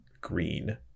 green